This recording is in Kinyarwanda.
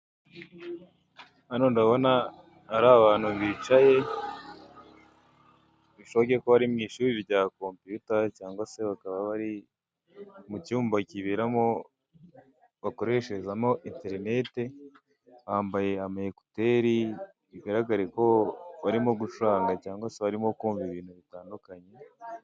Hano ndabona ari abantu bicaye , bishoboke ko bari mu ishuri rya kopiyuta, cyangwa se mu bakaba bari mu cyumba kiberamo, bakoresherezamo interinete, bambaye ekuteri bigaragare ko barimo gucuranga cyangwa se barimo kumva ibintu bitandukanye.